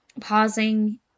pausing